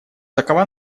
такова